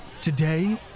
Today